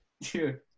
dude